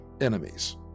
enemies